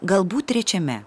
galbūt trečiame